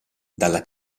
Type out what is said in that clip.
dalla